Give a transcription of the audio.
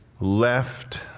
left